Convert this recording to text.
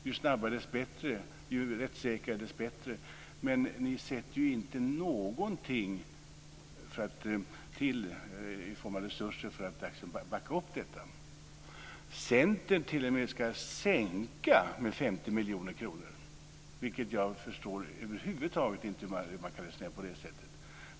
Ju snabbare, desto bättre; ju rättssäkrare, desto bättre. Men ni avsätter inte någonting i form av resurser för att backa upp detta. Centern ska t.o.m. sänka med 50 miljoner. Jag förstår över huvud inte hur man kan resonera på det sättet.